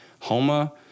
Homa